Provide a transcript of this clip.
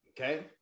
Okay